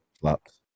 flops